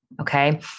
Okay